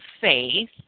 faith